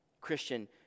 Christian